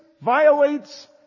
violates